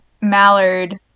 mallard